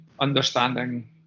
understanding